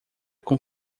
com